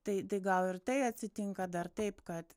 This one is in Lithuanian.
tai tai gal ir tai atsitinka dar taip kad